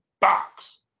box